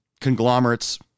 conglomerates